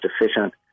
efficient